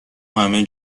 همه